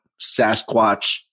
Sasquatch